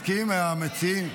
מסכים, המציע?